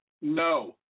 No